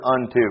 unto